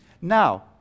Now